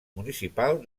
municipal